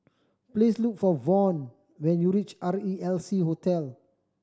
please look for Vaughn when you reach R E L C Hotel